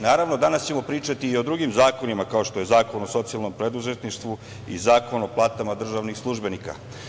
Naravno, danas ćemo pričati i o drugim zakonima kao što je Zakon o socijalnom preduzetništvu i Zakon o platama državnih službenika.